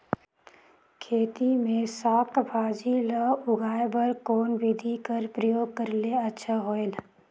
खेती मे साक भाजी ल उगाय बर कोन बिधी कर प्रयोग करले अच्छा होयल?